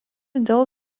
dėl